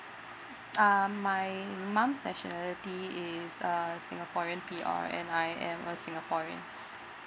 um my mum's nationality is a singaporean P_R and I am a singaporean